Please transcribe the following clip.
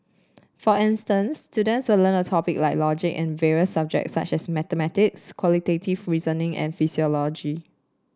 for instance students would learn a topic like logic in various subjects such as mathematics quantitative reasoning and philosophy